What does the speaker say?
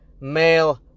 male